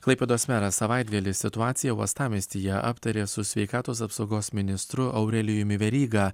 klaipėdos meras savaitgalį situaciją uostamiestyje aptarė su sveikatos apsaugos ministru aurelijumi veryga